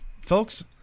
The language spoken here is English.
folks